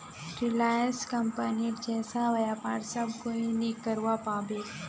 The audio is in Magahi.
रिलायंस कंपनीर जैसा व्यापार सब कोई नइ करवा पाबे